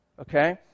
Okay